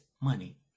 money